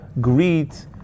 greet